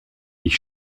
ich